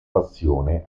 passione